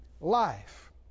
life